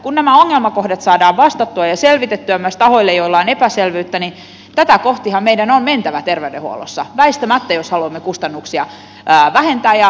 kun nämä ongelmakohdat saadaan selvitettyä ja vastattua myös tahoille joilla on epäselvyyttä niin tätä kohtihan meidän on mentävä terveydenhuollossa väistämättä jos haluamme kustannuksia vähentää ja potilasturvallisuutta parantaa